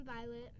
Violet